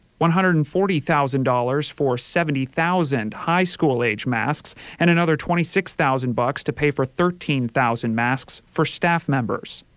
one hundred and forty thousand dollars for seventy thousand high school age masks and another twenty six thousand bucks to pay for thirteen thousand masks for staff members.